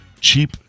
cheap